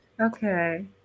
Okay